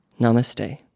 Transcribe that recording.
namaste